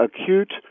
acute